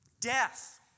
Death